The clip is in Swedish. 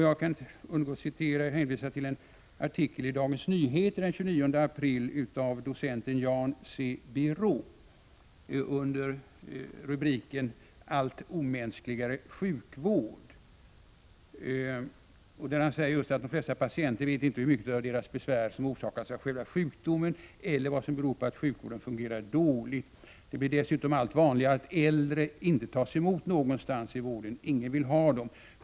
Jag vill citera ur en artikel i Dagens Nyheter den 29 april av docenten Jan C. Biro under rubriken Allt omänskligare sjukvård. Han skriver: ”De flesta patienter vet inte hur mycket av deras besvär som orsakas av själva sjukdomen eller vad som beror på att sjukvården fungerar dåligt. Det blir dessutom allt vanligare att äldre inte tas emot någonstans i vården — ingen vill ha dem.